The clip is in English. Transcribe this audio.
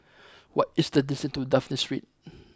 what is the distance to Dafne Street